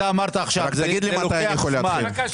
אתה אמרת עכשיו, זה לוקח זמן.